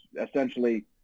essentially